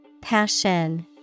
Passion